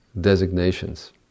designations